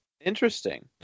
Interesting